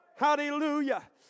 Hallelujah